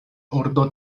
ordo